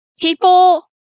people